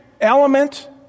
element